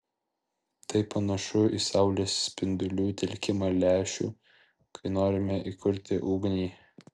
tai panašu į saulės spindulių telkimą lęšiu kai norime įkurti ugnį